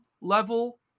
Level